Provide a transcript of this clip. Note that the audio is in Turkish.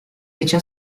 için